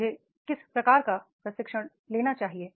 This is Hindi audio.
मुझे किस प्रकार का प्रशिक्षण लेना चाहिए